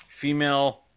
female